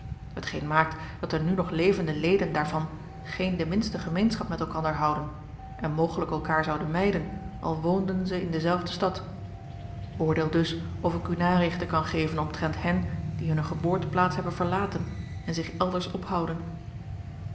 hetgeen maakt dat de nu nog levende leden daarvan geen de minste gemeenschap met elkander houden en mogelijk elkaar zouden mijden al woonden ze in dezelfde stad oordeel dus of ik u narichten kan geven omtrent hen die hunne geboorteplaats hebben verlaten en zich elders ophouden